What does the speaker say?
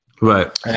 Right